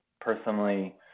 personally